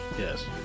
Yes